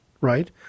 right